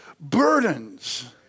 burdens